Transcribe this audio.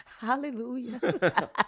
hallelujah